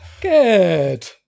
good